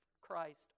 Christ